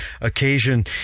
occasion